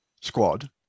Squad